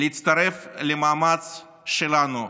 להצטרף למאמץ שלנו,